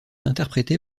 interprété